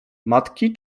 matki